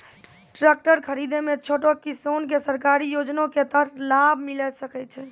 Tractor खरीदै मे छोटो किसान के सरकारी योजना के तहत लाभ मिलै सकै छै?